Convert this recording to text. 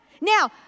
Now